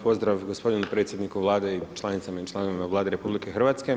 Pozdrav gospodinu predsjedniku Vlade i članicama i članovima Vlade RH.